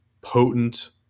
potent